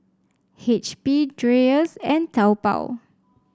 H P Dreyers and Taobao